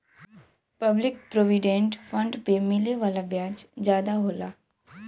public provident fund पे मिले वाला ब्याज जादा होला